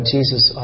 Jesus